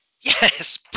Yes